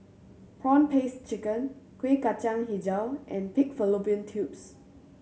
prawn paste chicken Kueh Kacang Hijau and pig fallopian tubes